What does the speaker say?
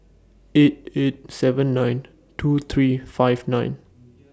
eight eight seven nine two three five nine